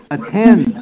Attend